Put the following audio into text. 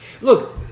look